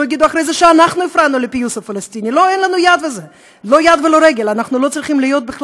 אבל יישארו אנשי חמאס בפועל